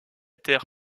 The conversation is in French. terre